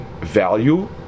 value